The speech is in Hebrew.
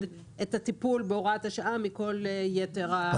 את הטיפול בהוראת השעה מכל יתר הסעיפים בחוק.